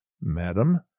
madam